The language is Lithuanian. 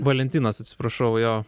valentinas atsiprašau jo